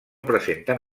presenten